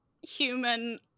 human